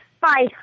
Bye